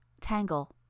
Tangle